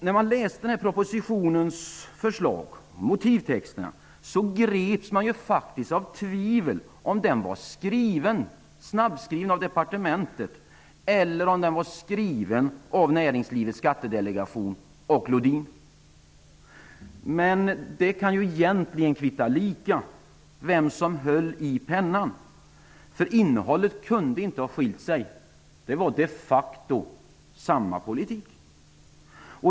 När man läste propositionens förslag och motivtexterna greps man faktiskt av tvivel om den var snabbskriven av departementet eller om den var skriven av näringslivets skattedelegation och Lodin. Det kan egentligen kvitta lika vem som höll i pennan. Innehållet kunde inte ha skilt sig -- det var de facto samma politik.